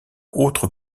autres